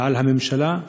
ועל הממשלה,